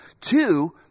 Two